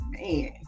Man